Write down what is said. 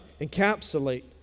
encapsulate